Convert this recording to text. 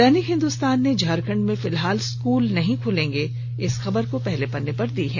दैनिक हिंदुस्तान ने झारखंड में फिलहाल स्कूल नहीं खुलेंगे की खबर को पहले पत्रे पर जगह दी है